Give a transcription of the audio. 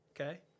Okay